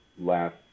last